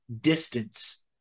distance